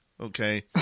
Okay